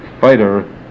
fighter